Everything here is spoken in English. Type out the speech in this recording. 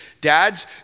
Dads